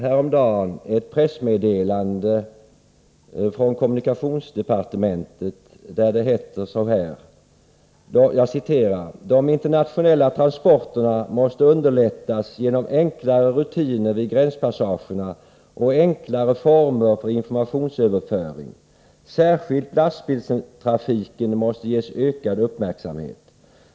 Häromdagen kom ett pressmeddelande från kommunikationsdepartementet, där det heter: ”De internationella transporterna måste underlättas genom enklare rutiner vid gränspassagerna och enklare former för informationsöverföring. Särskilt lastbilstrafiken måste ges ökad uppmärksamhet.